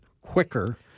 quicker